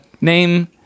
name